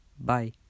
Bye